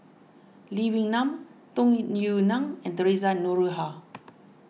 Lee Wee Nam Tung Yue Nang and theresa Noronha